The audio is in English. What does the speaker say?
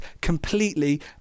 completely